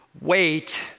wait